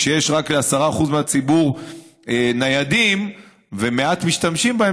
כשיש רק ל-10% מהציבור ניידים ומעט משתמשים בהם,